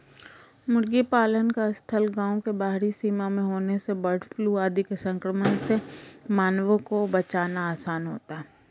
मुर्गी पालन का स्थल गाँव के बाहरी सीमा में होने से बर्डफ्लू आदि के संक्रमण से मानवों को बचाना आसान होता है